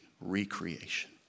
recreation